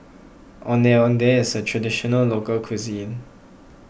Ondeh Ondeh is a Traditional Local Cuisine